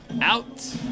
Out